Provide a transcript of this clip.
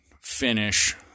finish